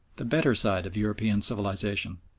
the better side of european civilisation.